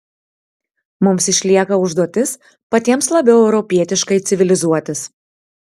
mums išlieka užduotis patiems labiau europietiškai civilizuotis